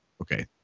Okay